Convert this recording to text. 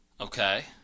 Okay